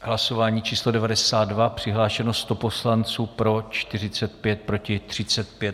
Hlasování číslo 92, přihlášeno 100 poslanců, pro 45, proti 35.